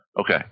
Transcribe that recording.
okay